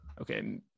Okay